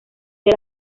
del